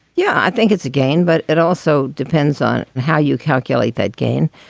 yeah, i think it's a gain, but it also depends on how you calculate that gain.